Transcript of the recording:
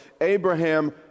Abraham